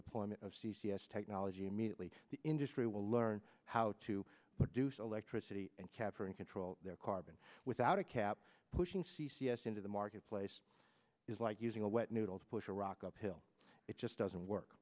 deployment of c c s technology immediately the industry will learn how to produce electricity and capture and control their carbon without a cap pushing c c s into the marketplace is like using a wet noodle to push a rock uphill it just doesn't work